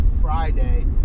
Friday